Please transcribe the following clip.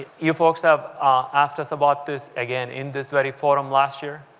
you folks have asked us about this again in this very forum last year,